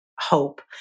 hope